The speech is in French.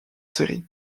série